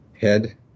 Head